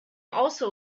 also